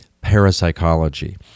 parapsychology